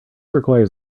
requires